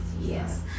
yes